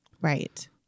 Right